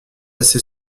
ces